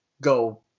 go